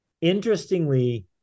interestingly